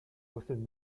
within